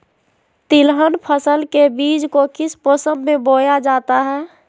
तिलहन फसल के बीज को किस मौसम में बोया जाता है?